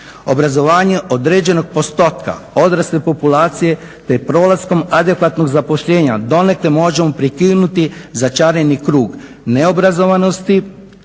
Obrazovanje određenog postotka odrasle populacije te pronalaskom adekvatnog zapošljenja donekle možemo prekinuti začarani krug neobrazovanosti,